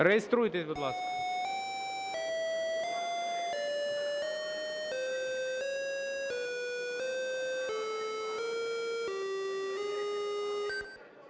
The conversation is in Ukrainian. Реєструйтесь, будь ласка.